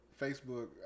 Facebook